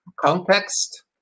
Context